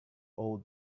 old